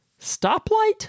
Stoplight